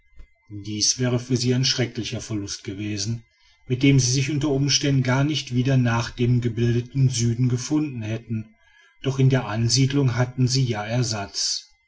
dies wäre für sie ein schrecklicher verlust gewesen mit dem sie sich unter umständen gar nicht wieder nach dem gebildeten süden gefunden hätten doch in der ansiedelung hatten sie ja ersatz